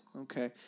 Okay